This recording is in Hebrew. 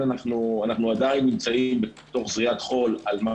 אנחנו עדיין נמצאים בזריית חול על מה